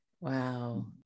Wow